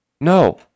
No